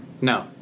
No